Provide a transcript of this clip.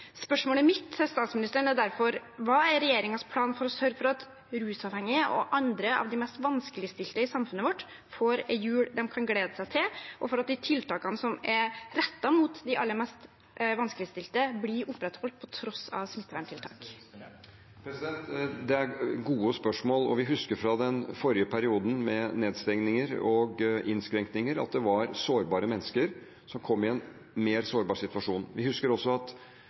Spørsmålet mitt til statsministeren er derfor: Hva er regjeringens plan for å sørge for at de rusavhengige og andre av de mest vanskeligstilte i samfunnet vårt får en jul de kan glede seg til, og for at de tiltakene som er rettet mot de aller mest vanskeligstilte, blir opprettholdt på tross av smitten? Det er gode spørsmål, og vi husker fra den forrige perioden med nedstenginger og innskrenkinger at det var sårbare mennesker som kom i en mer sårbar situasjon. Vi husker også at